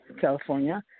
California